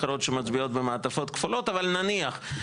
אחרות שמצביעות במעטפות כפולות אבל נניח,